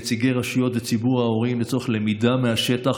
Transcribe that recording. נציגי רשויות וציבור ההורים לצורך למידה מהשטח